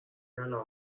الان